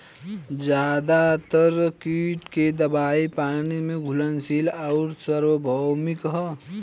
ज्यादातर कीट के दवाई पानी में घुलनशील आउर सार्वभौमिक ह?